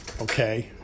okay